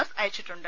S അയച്ചിട്ടുണ്ട്